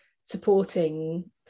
supporting